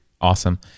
Awesome